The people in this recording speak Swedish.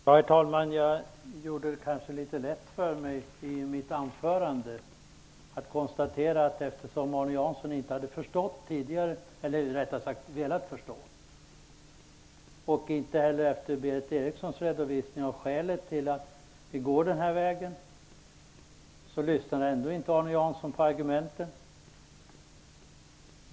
Herr talman! Jag gjorde det kanske litet lätt för mig i mitt anförande när jag bara konstaterade att Arne Jansson inte hade velat förstå och inte heller verkade förstå efter Berith Erikssons redovisning av skälen för att vi går den här vägen. Men Arne Jansson lyssnade ändå inte på argumenten.